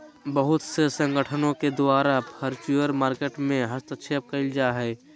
बहुत से संगठनों के द्वारा फ्यूचर मार्केट में हस्तक्षेप क़इल जा हइ